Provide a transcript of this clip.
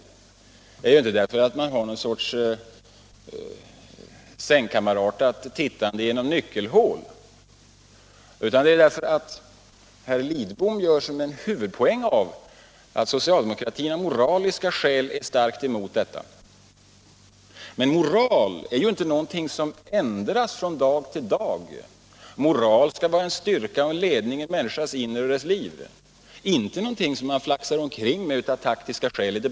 Ja, det är inte därför att vi vill bedriva någon sorts sängkammarartat tittande genom nyckelhål, utan därför att herr Lidbom gör en huvudpoäng av att socialdemokratin av moraliska skäl är starkt emot en anslutning till IDB. Men moral är inte någonting som ändras från dag till dag. Moral skall vara en styrka och en ledning i en människas inre liv, inte någonting som man flaxar omkring med i debatten av taktiska skäl.